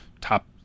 top